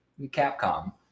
Capcom